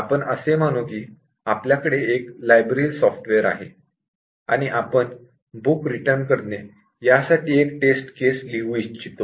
आपण असे मानू की आपल्याकडे एक लायब्ररी सॉफ्टवेर आहे आणि आपण "बूक रिटर्न करने" यासाठी एक टेस्ट केस लिहू इच्छितो